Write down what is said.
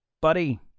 Buddy